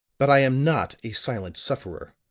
but i am not a silent sufferer.